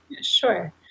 Sure